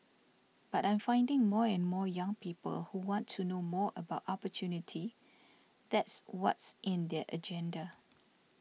but I'm finding more and more young people who want to know more about opportunity that's what's in their agenda